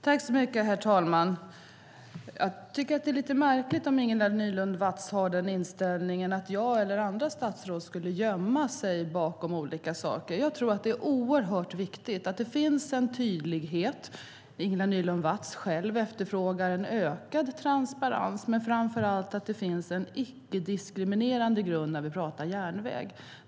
Herr talman! Det är lite märkligt om Ingela Nylund Watz har inställningen att jag och andra statsråd skulle gömma oss bakom olika saker. Jag tror att det är oerhört viktigt att det finns en tydlighet. Ingela Nylund Watz efterfrågar en ökad transparens men framför allt att det finns en icke-diskriminerande grund när vi talar om järnväg.